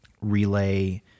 relay